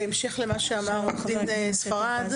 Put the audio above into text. בהמשך למה שאמר עורך הדין ספרד,